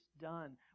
done